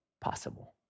possible